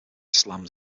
slams